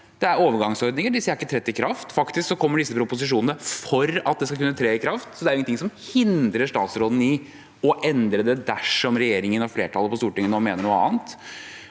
Det er overgangsordninger, de har ikke trådt i kraft. Faktisk kommer disse proposisjonene for at det skal kunne tre i kraft. Det er ingenting som hindrer statsråden i å endre det dersom regjeringen og flertallet på Stortinget nå mener noe annet.